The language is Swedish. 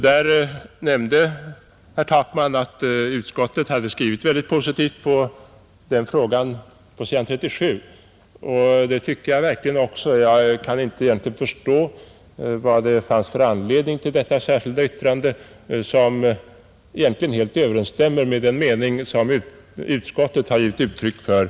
Han nämnde att utskottet på s. 37 i betänkandet skrivit mycket positivt i den frågan, och det tycker jag verkligen också. Jag kan egentligen inte förstå vad det fanns för anledning att avge detta särskilda yttrande, som helt överensstämmer med den mening som utskottet givit uttryck för.